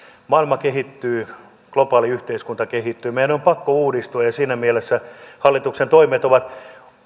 maailma kehittyy globaali yhteiskunta kehittyy meidän on pakko uudistua ja siinä mielessä hallituksen toimet ovat